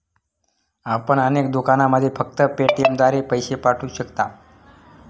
आपण अनेक दुकानांमध्ये फक्त पेटीएमद्वारे पैसे पाठवू शकता